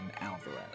Alvarez